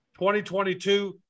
2022